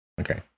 Okay